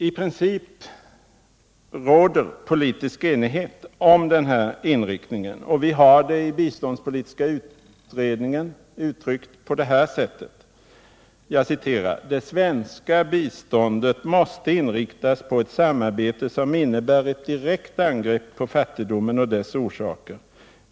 I princip råder politisk enighet om denna inriktning, och vi har i biståndspolitiska utredningen uttryckt det på följande sätt: ”Det svenska biståndet måste inriktas på ett samarbete som innebär ett direkt angrepp på fattigdomen och dess orsaker.